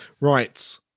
Right